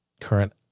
current